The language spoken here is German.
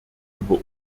über